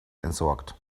entsorgt